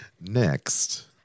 next